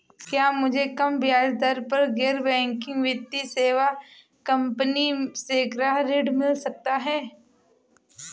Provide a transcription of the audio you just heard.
क्या मुझे कम ब्याज दर पर गैर बैंकिंग वित्तीय सेवा कंपनी से गृह ऋण मिल सकता है?